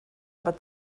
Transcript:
aber